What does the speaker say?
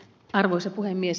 arvoisa puhemies